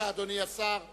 (תיקון מס' 14)